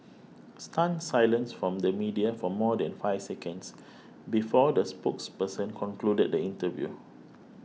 stunned silence from the media for more than five seconds before the spokesperson concluded the interview